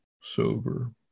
sober